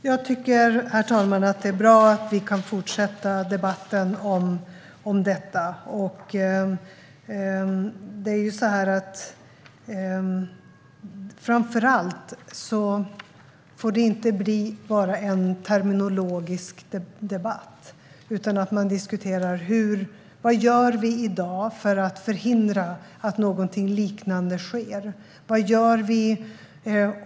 Herr talman! Jag tycker att det är bra att vi kan fortsätta debatten om detta. Framför allt får det inte bli bara en terminologisk debatt utan att man diskuterar vad vi ska göra i dag för att förhindra att någonting liknande sker.